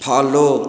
follow